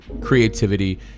creativity